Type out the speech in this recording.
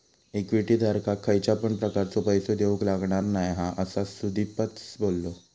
equity धारकाक खयच्या पण प्रकारचो पैसो देऊक लागणार नाय हा, असा सुदीपच बोललो